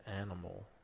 animal